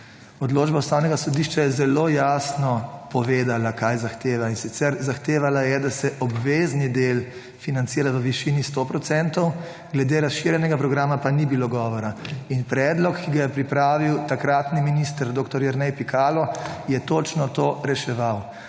Odločba Ustavnega sodišča je zelo jasno povedala kaj zahteva in sicer zahtevala je, da se obvezni del financira v višini 100 % glede razširjenega programa pa ni bilo govora in predlog, ki ga je pripravil takrat minister dr. Jernej Pikalo je točno to reševal,